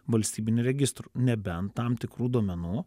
valstybinių registrų nebent tam tikrų duomenų